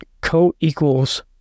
co-equals